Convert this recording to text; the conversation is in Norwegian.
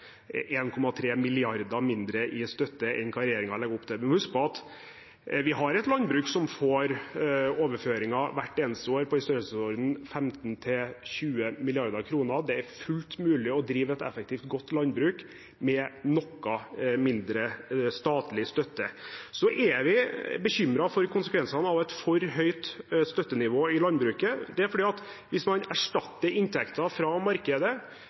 mindre i støtte enn det regjeringen legger opp til. Vi må huske på at vi har et landbruk som hvert eneste år får overføringer i størrelsesordenen 15 mrd. kr–20 mrd. kr. Det er fullt mulig å drive et effektivt, godt landbruk med noe mindre statlig støtte. Vi er bekymret for konsekvensene av et for høyt støttenivå i landbruket. Det er fordi at hvis man erstatter inntekter fra markedet